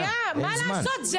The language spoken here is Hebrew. מה לעשות, זה